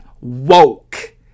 woke